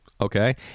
Okay